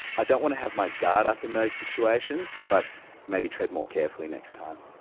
i don't want to have my guard up in those situations but maybe tread more carefully next time.